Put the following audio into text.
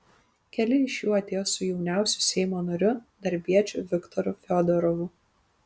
keli iš jų atėjo su jauniausiu seimo nariu darbiečiu viktoru fiodorovu